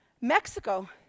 Mexico